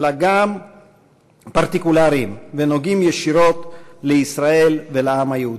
אלא גם פרטיקולריים ונוגעים ישירות לישראל ולעם היהודי.